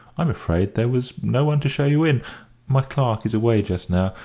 i'm afraid there was no one to show you in my clerk is away just now.